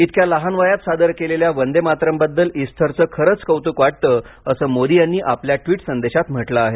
इतक्या लहान वयात सादर केलेल्या वंदे मातरमबद्दल ईस्थरचं खरंच कौतुक वाटतं असं मोदी यांनी आपल्या ट्विट संदेशात म्हटलं आहे